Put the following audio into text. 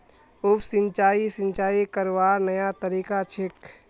उप सिंचाई, सिंचाई करवार नया तरीका छेक